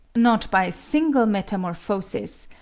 not by a single metamorphosis,